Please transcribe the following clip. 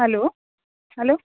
hello hello